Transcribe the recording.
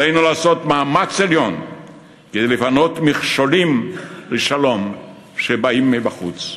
עלינו לעשות מאמץ עליון כדי לפנות מכשולים לשלום שבאים מבחוץ.